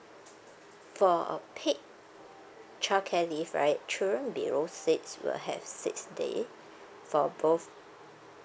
for paid childcare leave right children below six will have six day for both